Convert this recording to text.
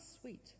sweet